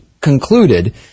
concluded